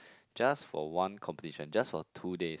just for one competition just for two days